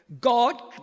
God